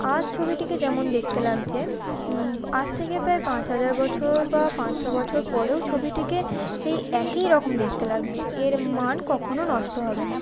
আজ ছবিটিকে যেমন দেখতে লাগছে আজ থেকে প্রায় পাঁচ হাজার বছর বা পাঁচশো বছর পরেও ছবিটিকে সেই একই রকম দেখতে লাগবে এর মান কখনো নষ্ট হবে না